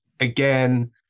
Again